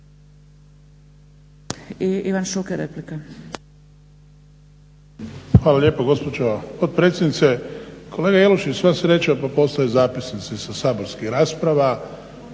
Ivan (HDZ)** Hvala lijepo gospođo potpredsjednice. Kolega Jelušić, sva sreća pa postoje zapisnici sa saborskih rasprava,